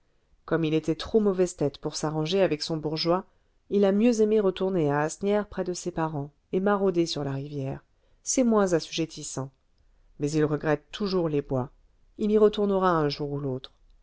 comme il était trop mauvaise tête pour s'arranger avec son bourgeois il a mieux aimé retourner à asnières près de ses parents et marauder sur la rivière c'est moins assujettissant mais il regrette toujours les bois il y retournera un jour ou l'autre